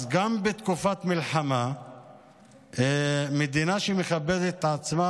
אז גם בתקופת מלחמה מדינה שמכבדת את עצמה